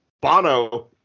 Bono